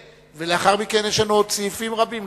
ולאחר מכן יש לנו עוד סעיפים רבים.